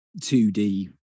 2D